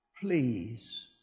please